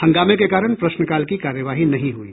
हंगामे के कारण प्रश्नकाल की कार्यवाही नहीं हुई